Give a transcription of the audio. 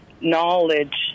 knowledge